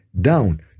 down